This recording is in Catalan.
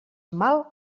mal